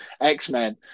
X-Men